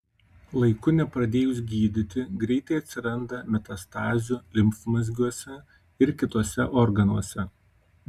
laiku nepradėjus gydyti greitai atsiranda metastazių limfmazgiuose ir kituose organuose